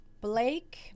Blake